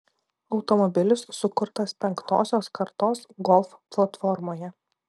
automobilis sukurtas penktosios kartos golf platformoje